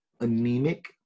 anemic